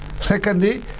Secondly